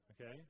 Okay